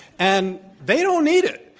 and they don't need it.